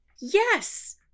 Yes